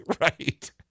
Right